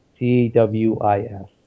TWIS